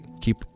keep